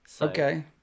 okay